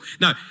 No